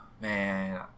man